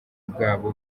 bwabo